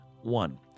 One